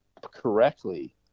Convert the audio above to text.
correctly